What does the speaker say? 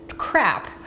crap